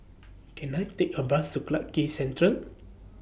Can I Take A Bus Clarke Quay Central